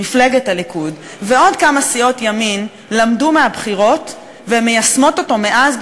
מפלגת הליכוד ועוד כמה סיעות ימין למדו מהבחירות והן מיישמות אותו מאז,